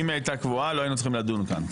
אם היא הייתה קבועה לא היינו צריכים לדון כאן.